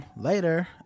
later